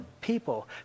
people